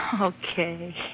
okay